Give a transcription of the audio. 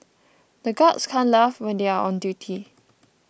the guards can't laugh when they are on duty